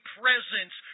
presence